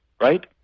right